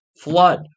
flood